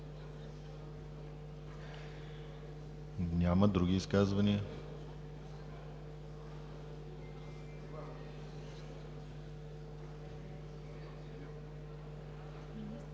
Няма. Други изказвания?